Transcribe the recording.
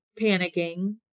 panicking